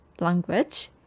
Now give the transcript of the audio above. language